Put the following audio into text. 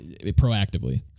proactively